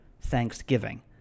Thanksgiving